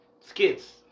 Skits